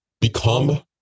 become